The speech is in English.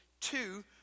Two